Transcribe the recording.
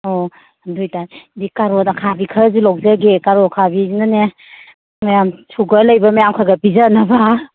ꯑꯣ ꯑꯗꯨ ꯑꯣꯏꯇꯗꯤ ꯀꯥꯔꯣꯠ ꯑꯈꯥꯕꯤ ꯈꯔꯁꯨ ꯂꯧꯖꯒꯦ ꯀꯥꯔꯣꯠ ꯑꯈꯥꯕꯤꯁꯤꯅꯅꯦ ꯃꯌꯥꯝ ꯁꯨꯒꯔ ꯂꯩꯕ ꯃꯌꯥꯝ ꯈꯔ ꯈꯔ ꯄꯤꯖꯅꯕ